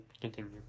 continue